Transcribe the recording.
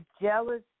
jealous